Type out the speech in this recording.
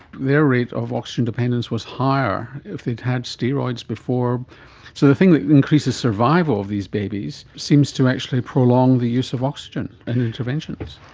their rate of oxygen dependence was higher if they had had steroids before, so the thing that increases survival of these babies seems to actually prolong the use of oxygen and interventions.